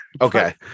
Okay